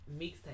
mixtape